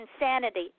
insanity